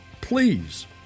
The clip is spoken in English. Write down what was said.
please